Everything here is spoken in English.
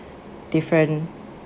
different